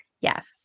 Yes